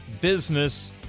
Business